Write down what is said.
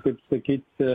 kaip sakyti